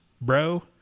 bro